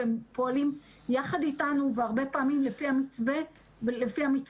הם פועלים יחד איתנו והרבה פעמים לפי המתווה שלנו.